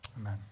amen